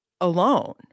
alone